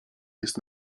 jest